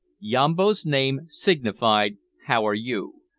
yambo's name signified how are you?